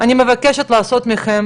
אני מבקשת מכם